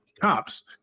cops